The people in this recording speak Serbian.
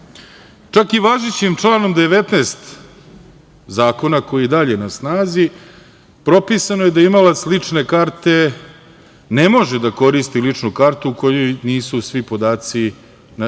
i važećim članom 19. zakona, koji je i dalje na snazi, propisano je da imalac lične karte ne može da koristi ličnu kartu u kojoj nisu svi podaci navedeni